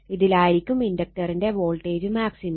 ഇതിലായിരിക്കും ഇൻഡക്റ്ററിന്റെ voltage maximum